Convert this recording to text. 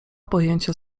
pojęcia